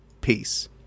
Peace